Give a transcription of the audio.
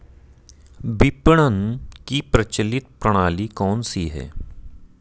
विपणन की प्रचलित प्रणाली कौनसी है?